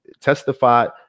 testified